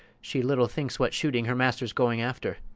she little thinks what shooting her master's going after!